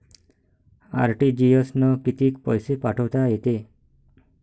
RTGS न कितीक पैसे पाठवता येते?